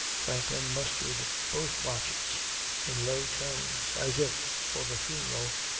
franklin mustered both watches in low tones as if for a funeral,